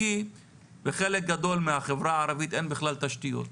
כי לחלק גדול מהחברה הערבית אין בכלל תשתיות,